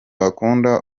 bakunda